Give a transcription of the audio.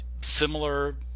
similar